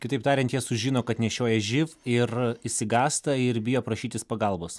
kitaip tariant jie sužino kad nešioja živ ir išsigąsta ir bijo prašytis pagalbos